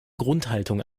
grundhaltung